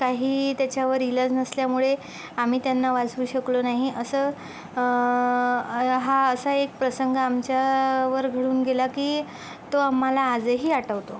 काही त्याच्यावर इलाज नसल्यामुळे आम्ही त्यांना वाचवू शकलो नाही असं हा असा एक प्रसंग आमच्यावर घडून गेला की तो आम्हाला आजही आठवतो